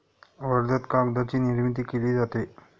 वर्ध्यात कागदाची निर्मिती केली जाते